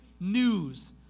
news